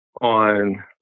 on